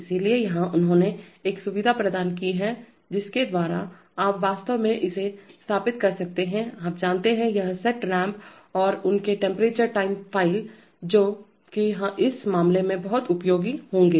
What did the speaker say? इसलिए यहां उन्होंने एक सुविधा प्रदान की है जिसके द्वारा आप वास्तव में इसे स्थापित कर सकते हैं आप जानते हैं यह सेट रैंप और उनके टेम्परेचर टाइम फ़ाइल जो कि इस मामले में बहुत उपयोगी होंगे